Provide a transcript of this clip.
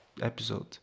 episode